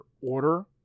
order